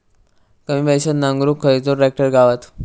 कमी पैशात नांगरुक खयचो ट्रॅक्टर गावात?